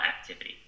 activity